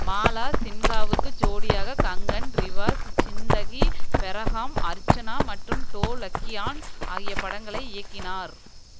மாலா சின்ஹாவுக்கு ஜோடியாக கங்கன் ரிவாஸ் ஜிந்தகி பெராஹம் அர்ச்சனா மற்றும் டோ லக்கியான் ஆகிய படங்களை இயக்கினார்